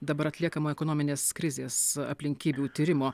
dabar atliekamo ekonominės krizės aplinkybių tyrimo